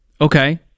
Okay